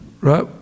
right